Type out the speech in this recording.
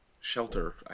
shelter